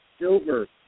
silver